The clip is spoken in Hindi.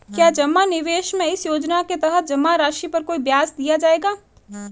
क्या जमा निवेश में इस योजना के तहत जमा राशि पर कोई ब्याज दिया जाएगा?